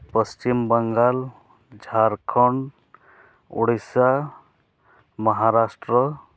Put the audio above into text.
Paschim Bangla Jharkhand Odisha Maharashtra